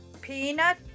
peanut